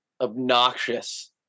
obnoxious